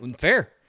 fair